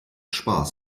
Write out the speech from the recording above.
spaß